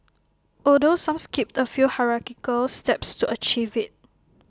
although some skipped A few hierarchical steps to achieve IT